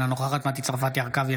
אינה נוכחת מטי צרפתי הרכבי,